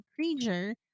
creature